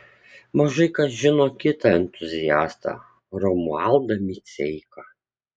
mažai kas žino kitą entuziastą romualdą miceiką